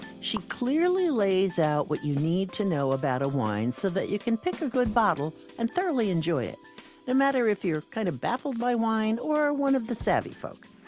she clearly lays out what you need to know about a wine so that you can pick a good bottle and thoroughly enjoy it no matter if you're kind of baffled by wine or one of the savvy folk.